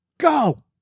Go